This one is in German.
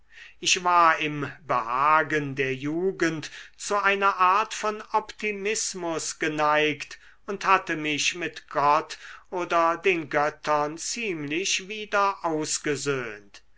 ich war im behagen der jugend zu einer art von optimismus geneigt und hatte mich mit gott oder den göttern ziemlich wieder ausgesöhnt